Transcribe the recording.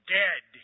dead